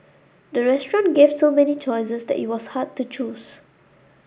the restaurant gave so many choices that it was hard to choose